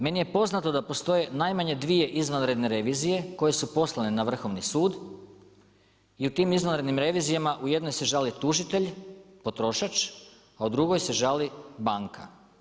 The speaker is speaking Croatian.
Meni je poznato da postoje najmanje dvije izvanredne revizije koje su poslane na Vrhovni sud i u tim izvanrednim revizijama u jednoj se žali tužitelj, potrošač, a u drugoj se žali banka.